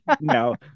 no